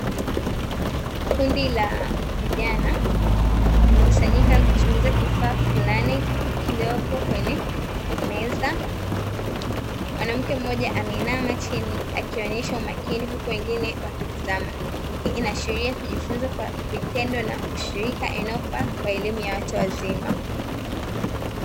Kundi la vijana wamekusanyika wakichunguza kifaa fulani kiliyopo kwenye meza ,mwanamke mmoja ameinama chini akionyesha umakini huku wengine wakitizama, hii inaashiria kujifunza kwa vitendo na ushirika inayofaa kwa elimu ya watu wazima.